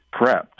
prepped